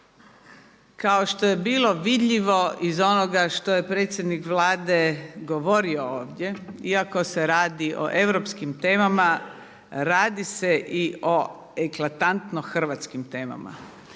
Kao što je bilo vidljivo iz onoga što je predsjednik Vlade govorio ovdje iako se radi o europskim temama i radi se i o eklatantno hrvatskim temama.